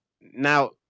Now